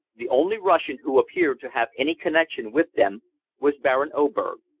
the only russian who appeared to have any connection with them was baron oberg,